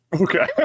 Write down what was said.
Okay